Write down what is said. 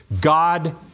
God